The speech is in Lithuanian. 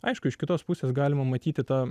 aišku iš kitos pusės galima matyti tą